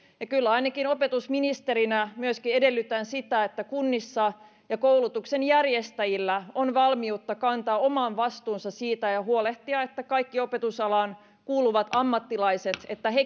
kyllä ainakin opetusministerinä myöskin edellytän sitä että kunnissa ja koulutuksen järjestäjillä on valmiutta kantaa oma vastuunsa siitä ja huolehtia että kaikki opetusalaan kuuluvat ammattilaiset